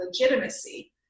legitimacy